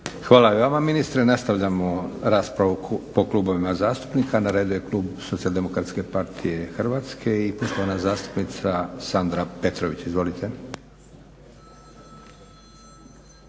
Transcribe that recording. Hvala i vama ministra. Nastavljamo raspravu po klubovima zastupnika. Na redu je Klub Socijaldemokratske partije hrvatske i poštovana zastupnica Sandra petrović. Izvolite.